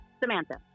Samantha